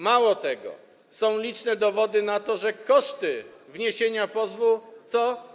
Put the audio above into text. Mało tego, są liczne dowody na to, że koszty wniesienia pozwu co?